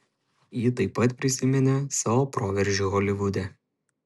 ji taip pat prisiminė savo proveržį holivude